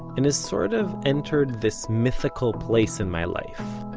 and has sort of entered this mythical place in my life.